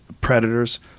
predators